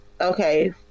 Okay